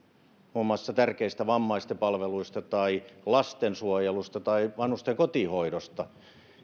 muun muassa tärkeistä vammaisten palveluista tai lastensuojelusta tai vanhusten kotihoidosta